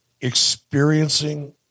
experiencing